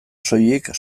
soilik